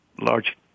large